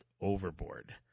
overboard